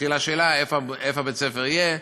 התחילה השאלה איפה בית-הספר יהיה,